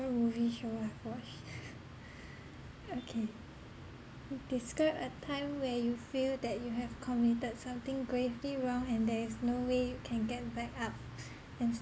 movie show I've watched okay describe a time where you feel that you have committed something gravely wrong and there is no way you can get back up and